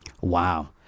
Wow